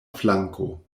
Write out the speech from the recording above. flanko